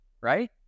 right